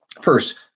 First